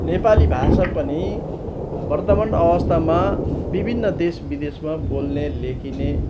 नेपाली भाषा पनि वर्तमान अवस्थामा विभिन्न देश विदेशमा बोल्ने लेखिने